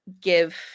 give